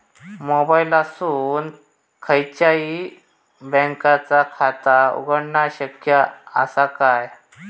मोबाईलातसून खयच्याई बँकेचा खाता उघडणा शक्य असा काय?